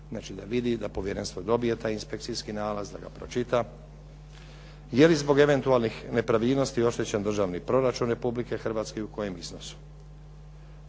Znači da vidi, da povjerenstvo dobije taj inspekcijski nalaz, da ga pročita. Je li zbog eventualnih nepravilnosti oštećen državni proračun Republike Hrvatske i u kojem iznosu?